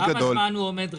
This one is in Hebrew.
כמה זמן הוא עומד ריק?